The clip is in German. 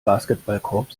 basketballkorb